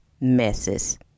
messes